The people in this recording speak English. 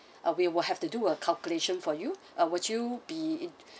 uh we will have to do a calculation for you uh would you be